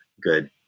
good